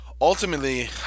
Ultimately